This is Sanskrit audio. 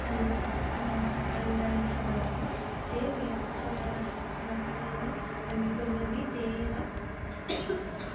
अनुगणं अनुयायिनः भवन्ति ते वेदप्रमाणं प्रामाण्यानि अङ्गीकुर्वन्ति ते एव